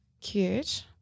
Cute